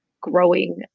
growing